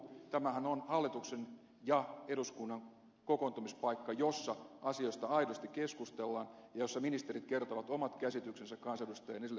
tämähän on hallituksen ja eduskunnan kokoontumispaikka jossa asioista aidosti keskustellaan ja jossa ministerit kertovat omat käsityksensä kansanedustajien esille ottamista asioista